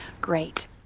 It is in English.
great